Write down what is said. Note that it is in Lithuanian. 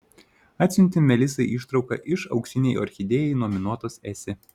atsiuntė melisai ištrauką iš auksinei orchidėjai nominuotos esė